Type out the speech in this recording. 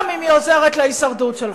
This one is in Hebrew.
גם אם היא עוזרת להישרדות שלך.